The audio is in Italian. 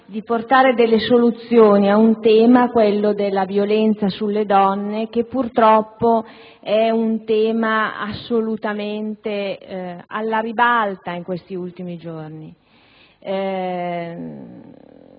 di portare delle soluzioni al tema della violenza sulle donne che, purtroppo, è assolutamente alla ribalta in questi ultimi giorni.